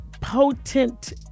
potent